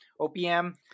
opm